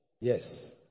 Yes